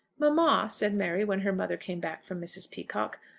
mamma, said mary, when her mother came back from mrs. peacocke,